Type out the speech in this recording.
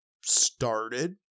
started